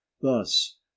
thus